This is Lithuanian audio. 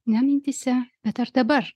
ne mintyse bet ar dabar